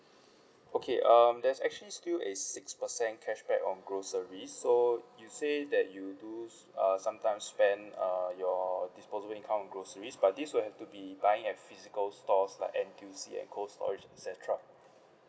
okay um there's actually still a six percent cashback on groceries so you say that you do uh sometimes spend uh your disposable income on groceries but this will have to be buying at physical stores like N_T_U_C and cold storage et cetera